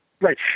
Right